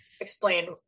explain